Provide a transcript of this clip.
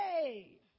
Hey